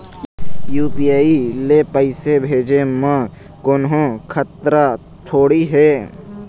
UPI ले पैसे भेजे म कोन्हो खतरा थोड़ी हे?